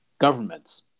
governments